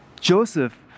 Joseph